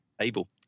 able